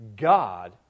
God